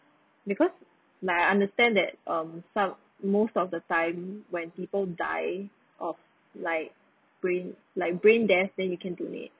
because I understand that um some most of the time when people die of like brain like brain death then you can donate